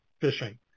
fishing